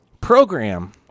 program